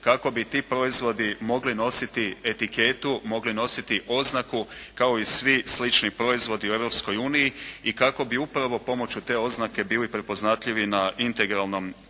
kako bi ti proizvodi mogli nositi etiketu, mogli nositi oznaku kao i svi slični proizvodi u Europskoj uniji i kako bi upravo pomoću te oznake bili prepoznatljivi na integralnom